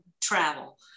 travel